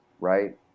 right